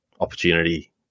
opportunity